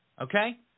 okay